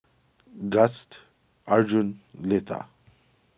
Gust Arjun Letha